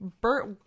Bert